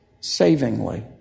savingly